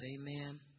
Amen